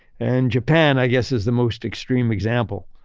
and japan i guess is the most extreme example.